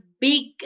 big